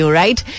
right